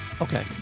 Okay